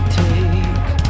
take